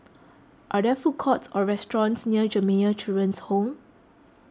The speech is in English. are there food courts or restaurants near Jamiyah Children's Home